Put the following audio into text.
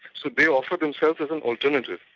so they offer themselves as an alternative,